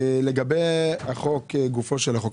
לגוף החוק.